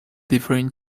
different